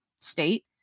state